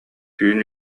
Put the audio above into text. түүн